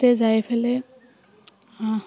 তাতে যাই পেলাই